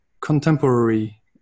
contemporary